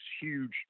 huge